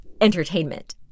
entertainment